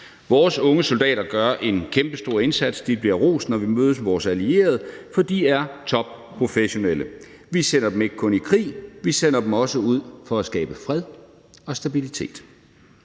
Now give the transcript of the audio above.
Vores unge soldater gør en kæmpestor indsats. De bliver rost, når vi møder vores allierede, for de er topprofessionelle. Vi sender dem ikke kun i krig, vi sender dem også ud for at skabe fred og stabilitet.